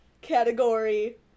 category